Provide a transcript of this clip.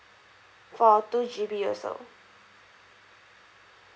for two G_B also